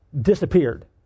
disappeared